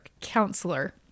counselor